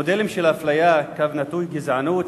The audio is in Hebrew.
המודלים של האפליה, הגזענות,